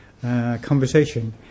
conversation